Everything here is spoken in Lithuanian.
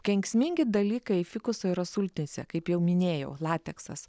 kenksmingi dalykai fikuso yra sultyse kaip jau minėjau lateksas